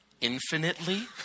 infinitely